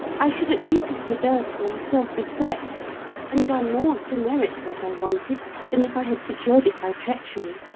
i should at least have preserved my self-respect and done more to merit what i wanted than if i had secured it by treachery.